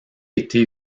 été